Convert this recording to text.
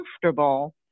comfortable